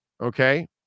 Okay